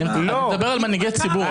אני מדבר על מנהיגי ציבור.